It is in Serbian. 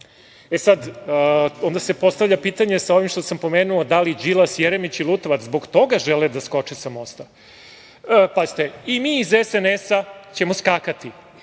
Onda se postavlja pitanje sa ovim što sam pomenuo, da li Đilas, Jeremić i Lutovac zbog toga žele da skoče sa mosta? Pazite, mi iz SNS ćemo skakati.